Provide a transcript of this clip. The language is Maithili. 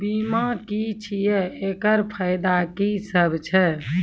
बीमा की छियै? एकरऽ फायदा की सब छै?